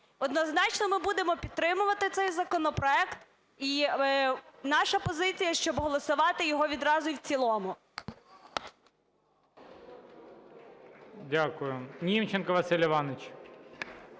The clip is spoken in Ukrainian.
Однозначно ми будемо підтримувати цей законопроект. І наша позиція, щоб голосувати його відразу і в цілому. ГОЛОВУЮЧИЙ. Дякую. Німченко Василь Іванович.